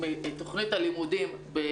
בואו נקדים תרופה למכה ונגיד שהלימודים האלה